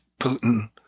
Putin